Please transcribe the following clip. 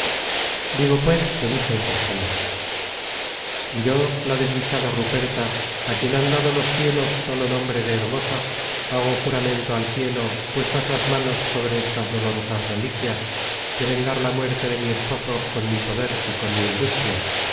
digo pues que dijo estas palabras yo la desdichada ruperta á quien han dado los cielos sólo nombre de hermosa hago juramento al cielo puestas las manos sobre estas dolorosas reliquias de vengar la muerte de mi esposo con mi poder y con mi industria